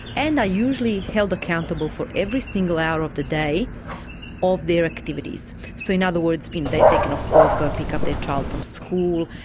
and are usually held accountable for every single hour of the day of their activities. so in other words, they they can of course go pick up their child from school,